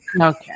okay